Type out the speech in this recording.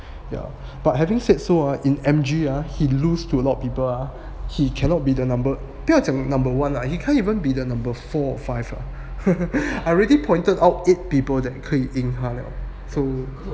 ya but having said so in M_G ah he lose to a lot of people ah he cannot be the number 不要讲 number one lah he can't even be the number four or five I already pointed out eight people that 可以赢他了